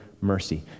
mercy